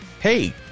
hey